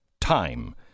time